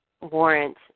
warrant